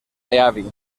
heavy